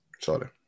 sorry